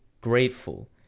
grateful